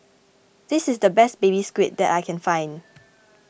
this is the best Baby Squid that I can find